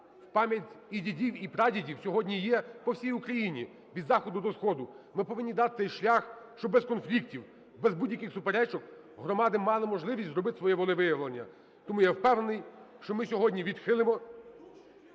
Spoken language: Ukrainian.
в пам'ять і дідів, і прадідів сьогодні є по всій Україні: від заходу до сходу. Ми повинні дати шлях, щоб без конфліктів, без будь-яких суперечок громади мали можливість зробити своє волевиявлення. Тому я впевнений, що ми сьогодні відхилимо.